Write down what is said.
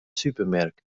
supermerk